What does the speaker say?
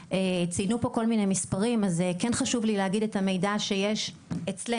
ציינו פה כל מיני מספרים אז כן חשוב לי להגיד את המידע שיש אצלנו,